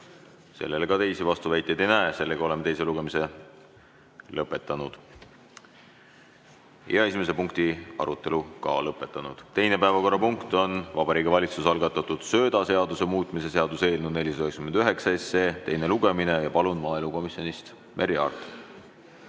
Sellele ma vastuväiteid ei näe, seega oleme teise lugemise lõpetanud ja ka esimese punkti arutelu lõpetanud. Teine päevakorrapunkt on Vabariigi Valitsuse algatatud söödaseaduse muutmise seaduse eelnõu 499 teine lugemine. Palun siia maaelukomisjonist Merry Aarti.